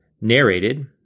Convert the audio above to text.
narrated